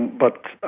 but